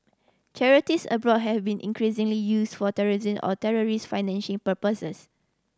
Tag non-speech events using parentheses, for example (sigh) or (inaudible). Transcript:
charities abroad have been increasingly use for (unintelligible) or terrorist financing purposes